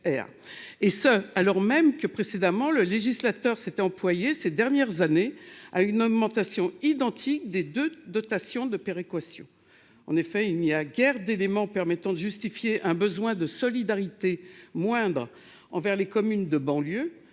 et ce, alors même que précédemment, le législateur s'était employé ces dernières années à une augmentation identique des 2 dotations de péréquation, en effet, il n'y a guère d'éléments permettant de justifier un besoin de solidarité moindres envers les communes de banlieue